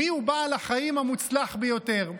מי הוא בעל החיים המוצלח ביותר?